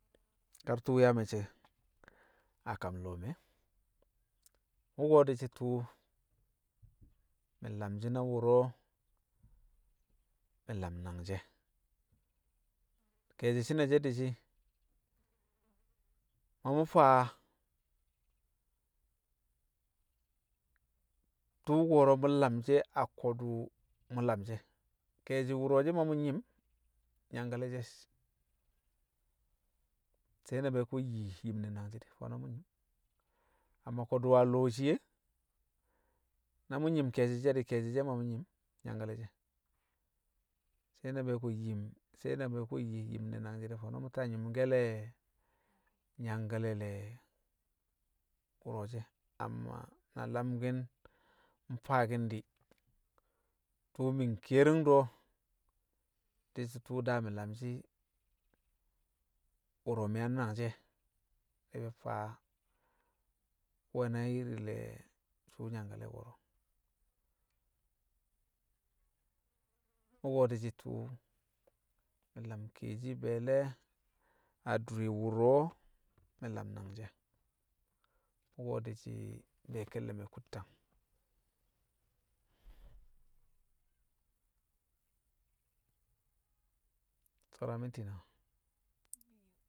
kar tṵṵ yaa me̱cce̱ a kam lo̱o̱ me̱. Wu̱ko̱ di̱shi̱ tṵṵ mi̱ lamshi̱ na wṵro̱ mi̱ lam nangji̱ e̱. Ke̱e̱shi̱ shi̱nashe̱ di̱shi̱ ma mu̱ faa tṵṵ ko̱ro̱ mu̱ lamshi̱ o̱ a ko̱dṵ mṵ lamshi̱ e̱, ke̱e̱shi̱ wṵro̱ she̱ ma mṵ nyi̱m nyangkale̱ she̱. Sai na be̱e̱ kṵ nyi yim ne̱ nangji̱ di̱, fo̱no̱ mṵ nyi̱m, amma ko̱dṵ a lo̱o̱ shii e, na mṵ nyi̱m ke̱e̱shi̱ she̱ di̱ ke̱e̱shi̱ she̱ ma mṵ nyi̱m nyangkale̱ she̱. Sai na bee̱ ku̱ nyi yim na ne̱ nangji̱ di̱, fo̱no̱ mu̱ ta nyi̱mke̱le̱ nyangkale̱ le̱ wṵro̱ she̱. Amma na lamki̱n mfaaki̱n di̱, tṵṵ mi̱ nkiyering do, di̱ shi̱ tu̱u̱ daa mi̱ lamshi̱ wṵro̱ mi̱ yang nangji̱ e̱, di̱ mi̱ faa nwe̱ na iri le̱ sṵṵ nyangkale̱ ko̱ro̱. Wu̱ko̱ di̱shi̱ tṵṵ mi̱ lam kiyeshi be̱e̱le̱ adure wṵro̱ mi̱ lam nangji̱ e̱, wṵko̱ di̱shi̱ be̱e̱ ke̱lle̱ me̱ kṵttang. Saura minti nawa? Biyu